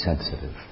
sensitive